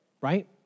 right